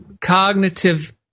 cognitive